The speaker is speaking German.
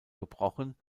gebrochen